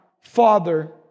father